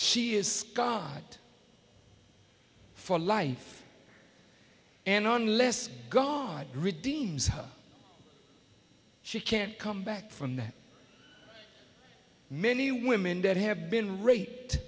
she is god for life and unless god redeem her she can come back from the many women that have been rate